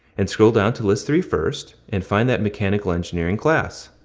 and scroll down to list three first, and find that mechanical engineering class.